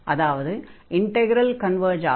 அதாவது integral converge ஆகும்